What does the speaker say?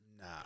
Nah